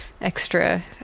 extra